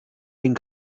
den